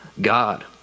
God